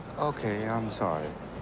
okay. i'm sorry.